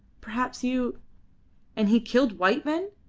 perhaps you and he killed white men!